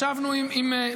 ישבנו עם,